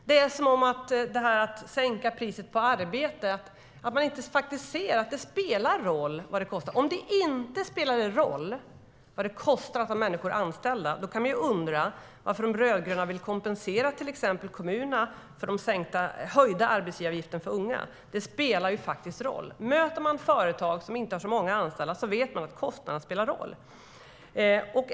Det är som att man inte ser att det spelar en roll att sänka priset på arbete och vad det kostar. Om det inte spelade en roll vad det kostar att ha människor anställda kan man undra varför de rödgröna vill kompensera till exempel kommunerna för den höjda arbetsgivaravgiften för unga. Det spelar faktiskt en roll. Möter man företag som inte har så många anställda vet man att kostnaderna spelar en roll.